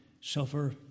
suffer